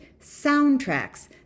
Soundtracks